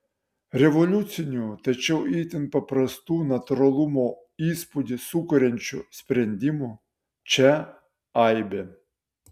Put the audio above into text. revoliucinių tačiau itin paprastų natūralumo įspūdį sukuriančių sprendimų čia aibė